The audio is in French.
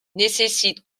nécessite